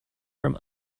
from